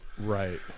Right